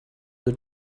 the